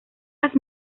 las